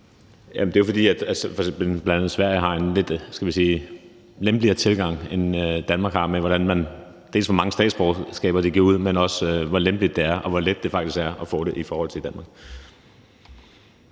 Det er jo, fordi bl.a. Sverige har en lidt – hvad skal vi sige – lempeligere tilgang, end Danmark har. Det gælder, både i forhold til hvor mange statsborgerskaber de giver ud, men også hvor lempeligt det er, og hvor let det faktisk er at få det i forhold til i Danmark.